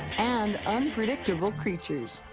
and unpredictable creatures.